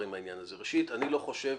אני לא חושב,